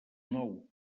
nou